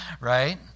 Right